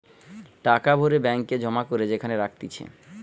টাকা ভরে ব্যাঙ্ক এ জমা করে যেখানে রাখতিছে